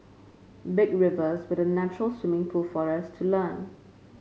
big rivers were the natural swimming pool for us to learn